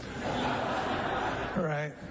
right